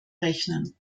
rechnen